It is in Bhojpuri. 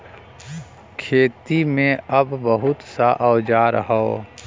खेती में अब बहुत सा औजार हौ